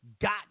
got